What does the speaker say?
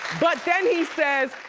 but then he says,